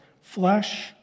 flesh